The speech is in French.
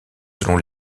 selon